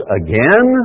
again